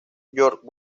george